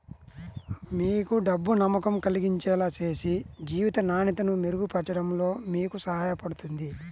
మీకు డబ్బు నమ్మకం కలిగించేలా చేసి జీవిత నాణ్యతను మెరుగుపరచడంలో మీకు సహాయపడుతుంది